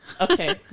Okay